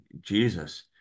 Jesus